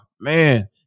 man